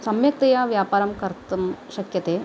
सम्यक्तया व्यापारं कर्तुं शक्यते